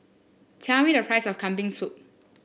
tell me the price of Kambing Soup